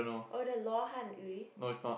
oh the 罗汉鱼